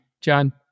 John